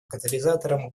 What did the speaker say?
катализатором